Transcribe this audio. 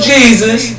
Jesus